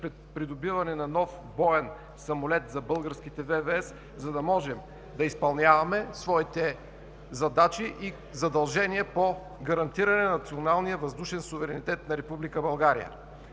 чрез придобиване на нов боен самолет за българските ВВС, за да можем да изпълняваме своите задачи и задължения по гарантиране националния въздушен суверенитет на Република България.